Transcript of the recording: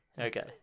okay